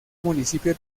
municipio